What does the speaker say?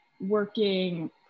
working